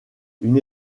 une